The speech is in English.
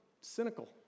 cynical